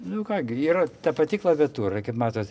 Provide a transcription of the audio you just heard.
nu ką gi yra ta pati klaviatūra kaip matot